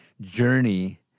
journey